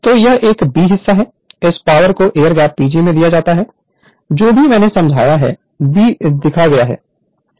तो यह एक b हिस्सा है इस पावर को एयर गैप PG में दिया जाता है जो भी मैंने समझाया है b दिया गया है